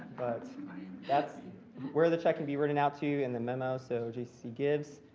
but that's where the check can be written out to and the memo, so jccc gives.